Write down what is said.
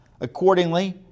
Accordingly